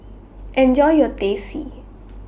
Enjoy your Teh C